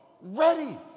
ready